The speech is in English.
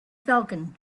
falcon